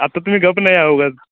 आता तुम्ही गप्प नाही हा उगाच